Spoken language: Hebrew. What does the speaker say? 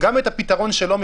גם את הפתרון שלו מקבלים,